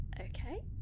Okay